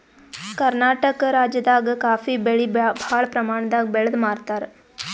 ಕರ್ನಾಟಕ್ ರಾಜ್ಯದಾಗ ಕಾಫೀ ಬೆಳಿ ಭಾಳ್ ಪ್ರಮಾಣದಾಗ್ ಬೆಳ್ದ್ ಮಾರ್ತಾರ್